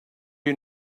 you